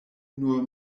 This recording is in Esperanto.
nur